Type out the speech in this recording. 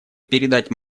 передать